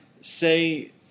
say